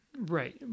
Right